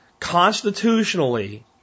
constitutionally